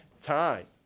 Time